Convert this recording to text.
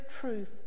truth